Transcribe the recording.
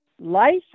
life